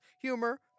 humor